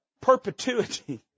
Perpetuity